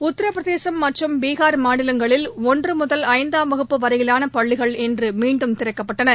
உத்திரபிரதேசம் மற்றும் பீகார் மாநிலங்களில் ஒன்றுமுதல் ஐந்தாம் வகுப்பு வரையிலானபள்ளிகள் இன்றுமீண்டும் திறக்கப்பட்டன